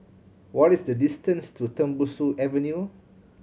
what is the distance to Tembusu Avenue